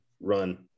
run